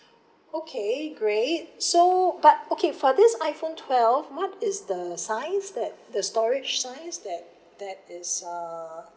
okay great so but okay for this iPhone twelve what is the size that the storage size that that is uh